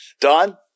Don